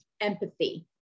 empathy